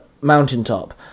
mountaintop